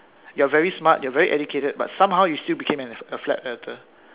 you are very smart you are very educated but somehow you still become a flat Earther